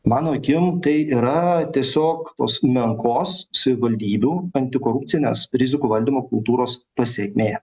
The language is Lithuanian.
mano akim tai yra tiesiog tos menkos savivaldybių antikorupcinės rizikų valdymo kultūros pasekmė